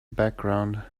background